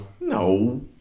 No